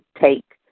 take